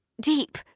deep